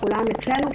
כולן אצלנו,